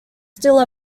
still